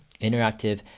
interactive